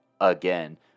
again